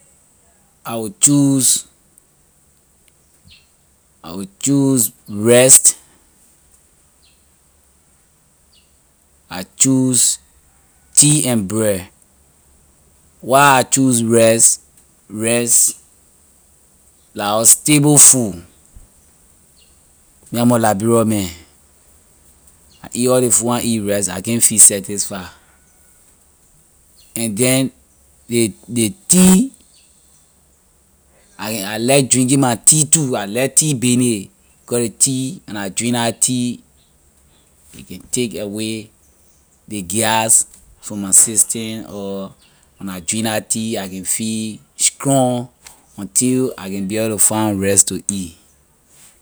I will choose I will choose rice I choose tea and bread. why I choose rice, rice la our stable food. you know am a liberia man I eat all ley food I na eat rice I can't feel satisfy and then ley ley tea I can I like drinking my tea too I like tea business because ley tea when I drink la tea a can take away ley gas from my system or when I drink la tea I can feel strong until I can be able to find rice to eat.